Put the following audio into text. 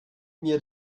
mir